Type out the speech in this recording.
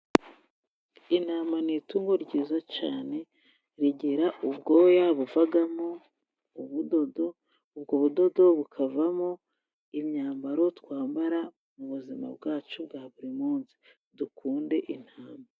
Intama ni itungo ryiza cyane, rigira ubwoya buvamo ubudodo, ubwo budodo bukavamo imyambaro twambara mu buzima bwacu bwa buri munsi, dukunde intama.